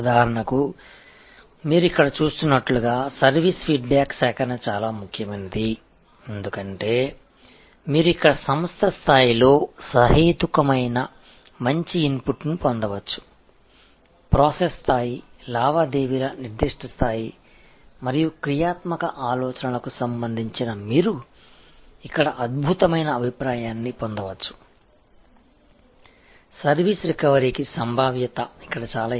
உதாரணமாக இங்கே நீங்கள் பார்க்கிறபடி சர்வீஸ் பின்னூட்டம் சேகரிப்பு மிக முக்கியமான ஒன்றாகும் ஏனென்றால் நீங்கள் இங்கே நிறுவன மட்டத்தில் நியாயமான நல்ல உள்ளீட்டைப் பெற முடியும் செயல்முறை நிலை பரிவர்த்தனைகள் குறிப்பிட்ட நிலை மற்றும் செயல்பாட்டு யோசனைகள் ஆகியவற்றைப் பொறுத்து நீங்கள் இங்கே சிறந்த கருத்துக்களைப் பெறலாம் உருவாக்கப்படும் மற்றும் சர்வீஸ் ரிகவரி க்கான சாத்தியம் இங்கே மிக அதிகம்